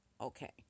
okay